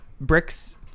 bricks